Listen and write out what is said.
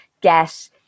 get